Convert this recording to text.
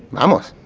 vamos!